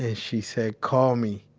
ah she said, call me,